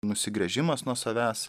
nusigręžimas nuo savęs